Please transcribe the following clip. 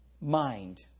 mind